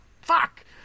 fuck